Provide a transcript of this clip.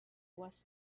was